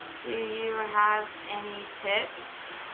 do you have any tips?